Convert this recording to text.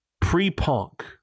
pre-punk